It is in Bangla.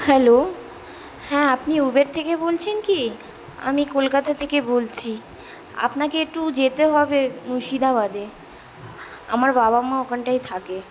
হ্যালো হ্যাঁ আপনি উবের থেকে বলছেন কি আমি কলকাতা থেকে বলছি আপনাকে এটটু যেতে হবে মুর্শিদাবাদে আমার বাবা মা ওখানটায় থাকে